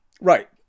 Right